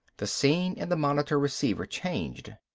the scene in the monitor receiver changed.